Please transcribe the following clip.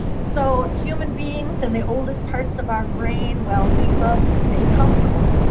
so human beings, in the oldest parts of our brain, well, we love to stay comfortable.